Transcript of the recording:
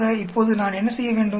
ஆக இப்போது நான் என்ன செய்யவேண்டும்